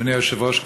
אדוני היושב-ראש,